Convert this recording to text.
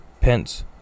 Pence